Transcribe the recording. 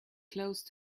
close